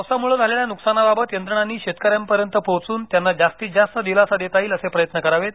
पावसामुळे झालेल्या नुकसानाबाबत यंत्रणांनी शेतकऱ्यांपर्यंत पोहोचून त्यांना जास्तीत जास्त दिलासा देता येईल असे प्रयत्न करावेत